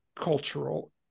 cultural